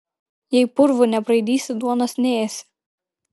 jei purvų nebraidysi duonos neėsi